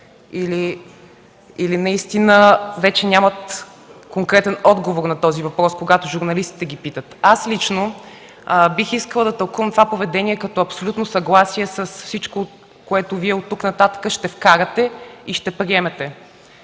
или наистина вече нямат конкретен отговор на този въпрос, когато журналистите ги питат. Аз лично бих искала да тълкувам това поведение като абсолютно съгласие с всичко, което Вие оттук нататък ще вкарате и ще приемете.